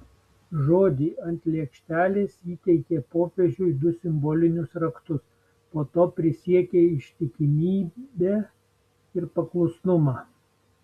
žodį ant lėkštelės įteikė popiežiui du simbolinius raktus po to prisiekė ištikimybę ir paklusnumą